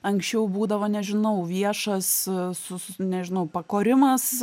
anksčiau būdavo nežinau viešas sus nežinau pakorimas